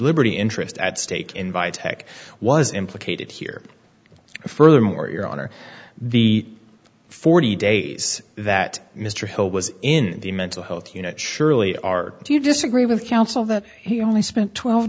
liberty interest at stake in by tech was implicated here furthermore your honor the forty days that mr hall was in the mental health unit surely are do you disagree with counsel that he only spent twelve